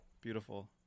Beautiful